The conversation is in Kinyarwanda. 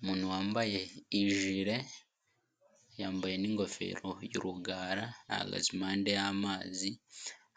Umuntu wambaye ijile, yambaye n'ingofero y'urugara, ihagaze impande y'amazi,